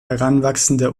heranwachsende